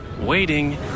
waiting